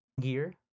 gear